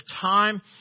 time